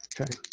Okay